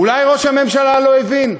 אולי ראש הממשלה לא הבין,